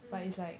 mm